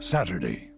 Saturday